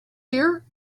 here